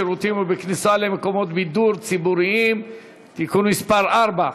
בשירותים ובכניסה למקומות בידור ולמקומות ציבוריים (תיקון מס' 4),